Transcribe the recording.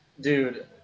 Dude